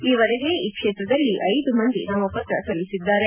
ಈ ವರಗೆ ಈ ಕ್ಷೇತ್ರದಲ್ಲಿ ಐದು ಮಂದಿ ನಾಮಪತ್ರ ಸಲ್ಲಿಸಿದ್ದಾರೆ